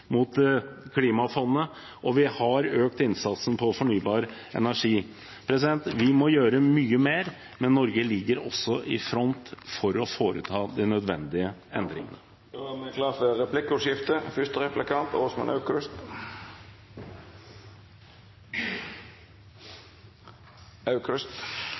klimafondet, og vi har økt innsatsen på fornybar energi. Vi må gjøre mye mer, men Norge ligger også i front for å foreta de nødvendige endringene.